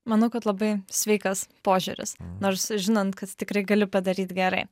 manau kad labai sveikas požiūris nors žinant kad tikrai gali padaryt gerai